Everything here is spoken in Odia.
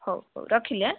ହଉ ହଉ ରଖିଲି